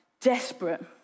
desperate